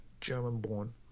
German-born